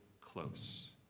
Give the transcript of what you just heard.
close